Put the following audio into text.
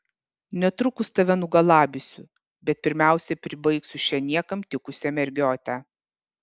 netrukus tave nugalabysiu bet pirmiausia pribaigsiu šią niekam tikusią mergiotę